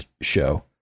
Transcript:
show